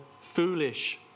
foolish